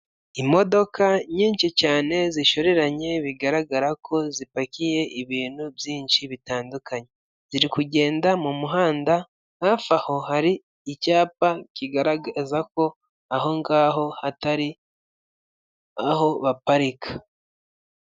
Imodoka nyinshi cyane zishoreranye bigaragara ko zipakiye ibintu byinshi bitandukanye. Ziri kujyenda mu muhanda, hafi aho hari icyapa kigaragaza ko aho ngaho hatari aho baparika.